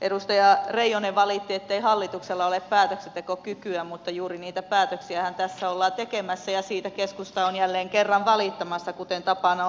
edustaja reijonen valitti ettei hallituksella ole päätöksentekokykyä mutta juuri niitä päätöksiähän tässä ollaan tekemässä ja siitä keskusta on jälleen kerran valittamassa kuten tapana on ollut